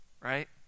Right